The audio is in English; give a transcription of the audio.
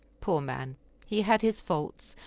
poor man he had his faults,